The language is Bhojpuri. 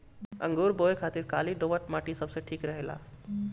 अंगूर बोए खातिर काली दोमट माटी सबसे ठीक रहेला